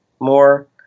more